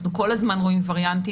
אנחנו כל הזמן רואים וריאנטים,